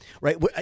right